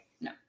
No